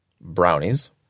Brownies